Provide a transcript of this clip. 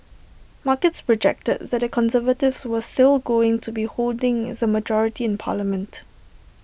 markets projected that conservatives was still going to be holding the majority in parliament